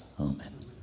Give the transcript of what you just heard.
Amen